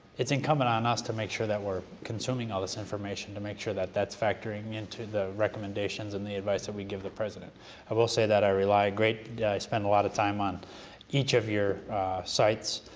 it's incumbent on us to make sure that we're consuming all this information to make sure that that's factoring into the recommendations and the advice that we give the president i will say that i rely a great i spend a lot of time on each of your sites,